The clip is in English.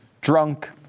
drunk